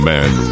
Man